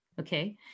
okay